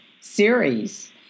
series